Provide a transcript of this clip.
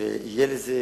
ותהיה לזה